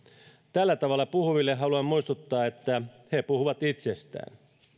tällä tavalla puhuville haluan muistuttaa että he puhuvat itsestään